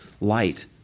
light